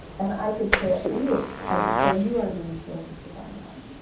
and i could say it for you, i could say, you are being filled with divine light.